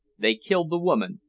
they killed the woman,